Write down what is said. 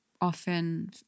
often